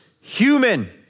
human